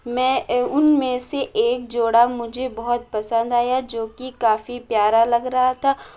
میں ان میں سے ایک جوڑا مجھے بہت پسند آیا جوکہ کافی پیارا لگ رہا تھا